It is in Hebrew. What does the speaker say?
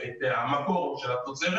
את המקור של התוצרת